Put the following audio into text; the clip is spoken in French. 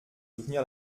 soutenir